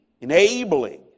enabling